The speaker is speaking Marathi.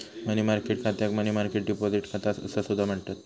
मनी मार्केट खात्याक मनी मार्केट डिपॉझिट खाता असा सुद्धा म्हणतत